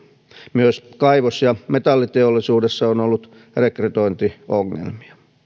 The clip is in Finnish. myös kaivos ja metalliteollisuudessa on ollut rekrytointi ongelmia